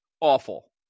awful